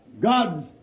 God's